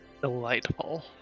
Delightful